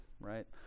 right